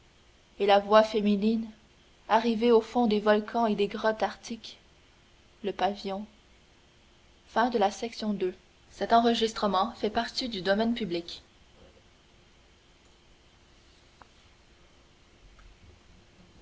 et la voix féminine arrivée au fond des volcans et des grottes arctiques le pavillon